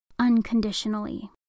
unconditionally